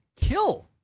kill